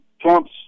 Trump's